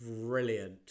brilliant